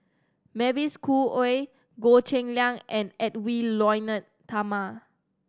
Mavis Khoo Oei Goh Cheng Liang and Edwy Lyonet Talma